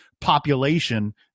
population –